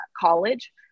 college